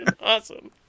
awesome